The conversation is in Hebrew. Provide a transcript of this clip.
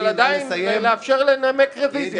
אבל עדיין צריך לאפשר לנמק רביזיה.